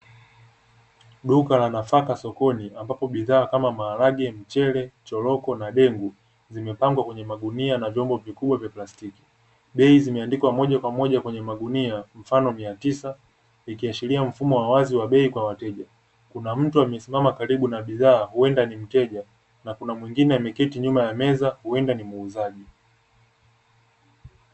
Duka la nafaka sokoni, ambapo bidhaa kama maharage, mchele, choroko na dengu, zimepangwa kwenye magunia na vyombo vikubwa vya plastiki. Bei zimeandikwa moja kwa moja kwenye magunia, mfano mia tisa, ikiashiria mfumo wa wazi wa bei kwa wateja. Kuna mtu amesimama karibu na bidhaa, huenda ni mteja na kuna mwingine ameketi nyuma ya meza huenda ni muuzaji.